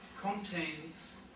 contains